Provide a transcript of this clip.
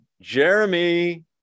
jeremy